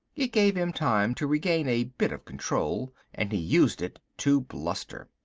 it gave him time to regain a bit of control and he used it to bluster.